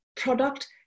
product